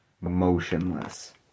motionless